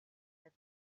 that